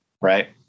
Right